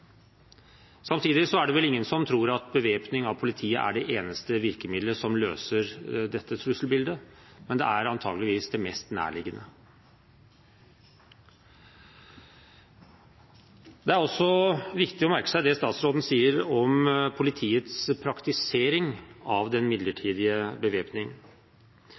Samtidig er det vel ingen som tror at bevæpning av politiet er det eneste virkemiddelet som løser dette trusselbildet, men det er antakeligvis det mest nærliggende. Det er viktig å merke seg det statsråden sier om politiets praktisering av den midlertidige